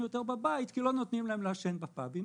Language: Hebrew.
יותר בבית כי לא נותנים להם לעשן בפאבים.